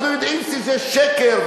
אנחנו יודעים שזה שקר,